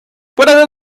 whatever